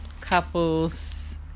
couples